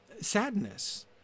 sadness